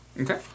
Okay